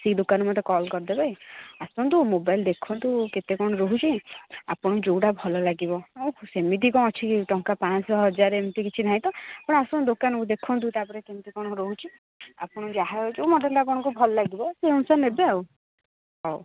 ସେଇ ଦୋକାନକୁ ଗୋଟେ କଲ୍ କରିଦେବେ ଆସନ୍ତୁ ମୋବାଇଲ୍ ଦେଖନ୍ତୁ କେତେ କ'ଣ ରହୁଛି ଆପଣଙ୍କୁ ଯେଉଁଟା ଭଲ ଲାଗିବ ସେମିତି କ'ଣ ଅଛି କି ଟଙ୍କା ପାଞ୍ଚଶହ ହଜାରେ ଏମିତି କିଛି ନାହିଁ ତ ଆପଣ ଆସନ୍ତୁ ଦୋକାନକୁ ଦେଖନ୍ତୁ ତା'ପରେ କେମିତି କ'ଣ ରହୁଛି ଆପଣ ଯାହା ହେଲେ ଯେଉଁ ମଡ଼େଲଟା ଆପଣଙ୍କୁ ଭଲ ଲାଗିବ ସେହି ଅନୁସାରେ ନେବେ ଆଉ